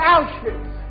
Auschwitz